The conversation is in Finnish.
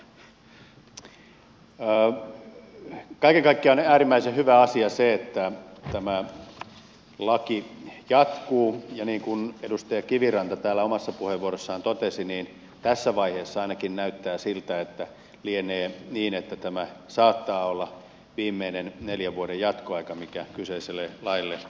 kaiken kaikkiaan on äärimmäisen hyvä asia se että tämä laki jatkuu ja niin kuin edustaja kiviranta täällä omassa puheenvuorossaan totesi tässä vaiheessa ainakin näyttää siltä että lienee niin että tämä saattaa olla viimeinen neljän vuoden jatkoaika mikä kyseiselle laille on saatu